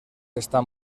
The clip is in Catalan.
estan